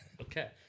Okay